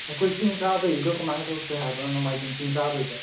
ꯑꯩꯈꯣꯏ ꯆꯤꯡ ꯀꯥꯕꯩꯗꯣ ꯀꯃꯥꯏꯅ ꯇꯧꯁꯦ ꯍꯥꯏꯕꯅꯣ ꯅꯣꯡꯃꯥꯏꯖꯤꯡ ꯆꯤꯡ ꯀꯥꯕꯩꯗꯣ